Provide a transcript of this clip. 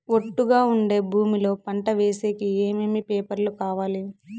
ఒట్టుగా ఉండే భూమి లో పంట వేసేకి ఏమేమి పేపర్లు కావాలి?